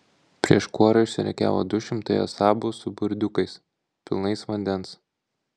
prieš kuorą išsirikiavo du šimtai asabų su burdiukais pilnais vandens